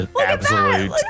Absolute